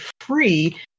free